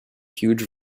huge